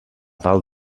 dalt